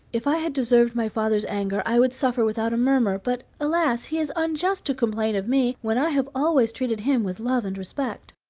if i had deserved my father's anger i would suffer without a murmur, but, alas! he is unjust to complain of me, when i have always treated him with love and respect.